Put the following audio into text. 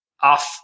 off